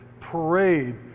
parade